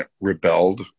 rebelled